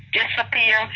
disappear